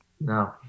No